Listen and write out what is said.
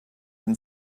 and